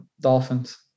Dolphins